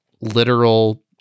literal